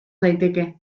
daiteke